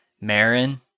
Marin